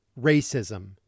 racism